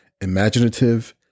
imaginative